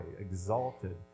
exalted